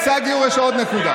חבר הכנסת בוסו, זה לא מכובד.